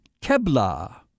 Kebla